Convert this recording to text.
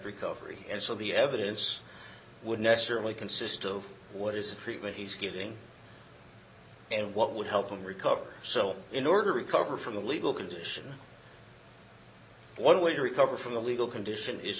recovery and so the evidence would necessarily consist of what is the treatment he's giving and what would help him recover so in order recover from the legal condition one way to recover from the legal condition is